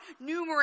numerous